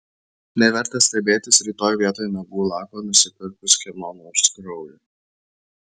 neverta stebėtis rytoj vietoj nagų lako nusipirkus kieno nors kraujo